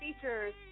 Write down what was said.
features